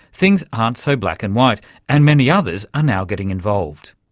things aren't so black and white and many others are now getting involved.